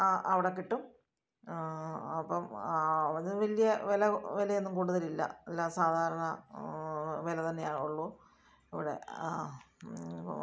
ആ അവിടെ കിട്ടും അപ്പം ആ ഒന്നും വലിയ വില വിലയൊന്നും കൂടുതലില്ല എല്ലാ സാധാരണ വില തന്നെയാണ് ഉള്ളു ഇവിടെ ആ